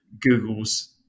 Google's